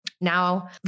now